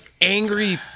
angry